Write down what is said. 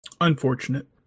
Unfortunate